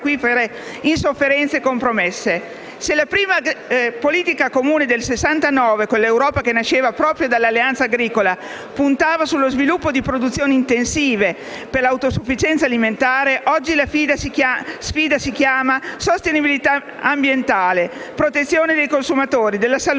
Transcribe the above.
Se la prima politica comune del 1969, con l'Europa che nasceva proprio dall'alleanza agricola, puntava sullo sviluppo di produzioni intensive per l'autosufficienza alimentare, oggi la sfida si chiama sostenibilità ambientale, protezione dei consumatori e della salute,